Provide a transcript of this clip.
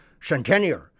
centennial